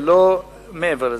ולא מעבר לזה.